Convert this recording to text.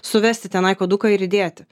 suvesti tenai koduką ir įdėti